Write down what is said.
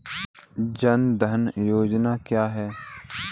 जनधन योजना क्या है?